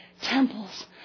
temples